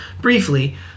briefly